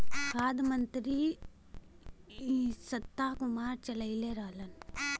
खाद्य मंत्री शांता कुमार चललइले रहलन